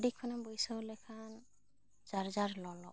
ᱟᱹᱰᱤ ᱠᱷᱚᱱᱮᱢ ᱵᱟᱹᱭᱥᱟᱹᱣ ᱞᱮᱠᱷᱟᱱ ᱪᱟᱨᱡᱟᱨ ᱞᱚᱞᱚᱜᱼᱟ